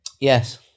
Yes